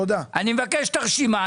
אני מבקש את הרשימה.